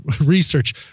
research